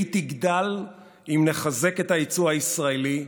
היא תגדל אם נחזק את היצוא הישראלי,